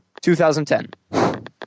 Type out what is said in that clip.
2010